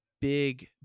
Big